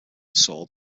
seoul